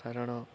କାରଣ